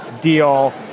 deal